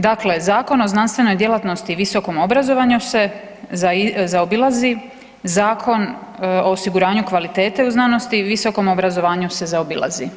Dakle, Zakon o znanstvenoj djelatnosti i visokom obrazovanju se zaobilazi, Zakon o osiguranju kvalitete u znanosti i visokom obrazovanju se zaobilazi.